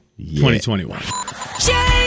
2021